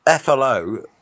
FLO